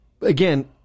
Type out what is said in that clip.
Again